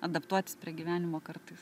adaptuotis prie gyvenimo kartais